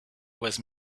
was